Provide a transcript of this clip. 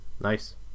Nice